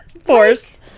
forced